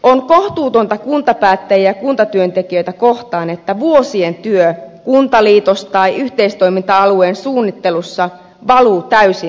on kohtuutonta kuntapäättäjiä ja kuntatyöntekijöitä kohtaan että vuosien työ kuntaliitos tai yhteistoiminta alueen suunnittelussa valuu täysin hukkaan